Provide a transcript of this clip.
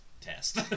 test